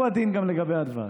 הוא הדין גם לגבי הדבש.